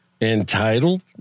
Entitled